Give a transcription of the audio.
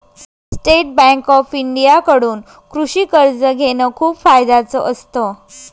state Bank of India कडून कृषि कर्ज घेण खूप फायद्याच असत